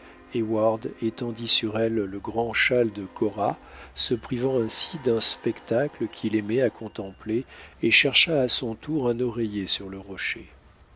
étendit sur elles le grand châle de cora se privant ainsi d'un spectacle qu'il aimait à contempler et chercha à son tour un oreiller sur le rocher